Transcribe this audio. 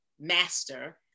master